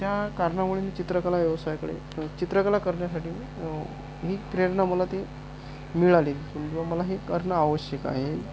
त्या कारणामुळे मी चित्रकला व्यवसायाकडे चित्रकला करण्यासाठी मी प्रेरणा मला ती मिळाली समजा मला हे करणं आवश्यक आहे